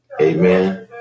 Amen